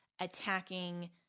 attacking